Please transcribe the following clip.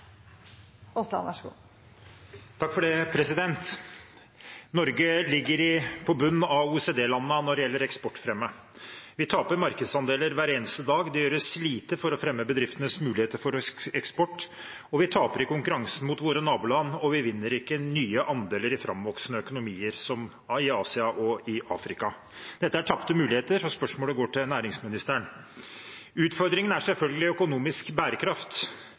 taper markedsandeler hver eneste dag, det gjøres lite for å fremme bedriftenes muligheter for eksport, vi taper i konkurransen mot våre naboland, og vi vinner ikke nye andeler i framvoksende økonomier som i Asia og i Afrika. Dette er tapte muligheter. Spørsmålet går til næringsministeren. Utfordringen er selvfølgelig økonomisk bærekraft